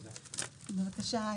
בבקשה.